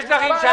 תתבייש לך.